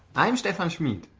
i'm stephan schmid.